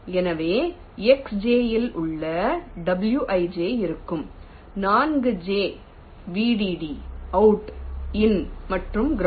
ஆகவே xj இல் உள்ள wij இருக்கும் நான்கு j's vdd out in மற்றும் ground